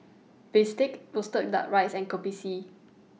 Bistake Roasted Duck Rice and Kopi C